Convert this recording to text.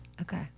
Okay